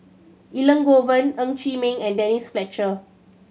Elangovan Ng Chee Meng and Denise Fletcher